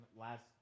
last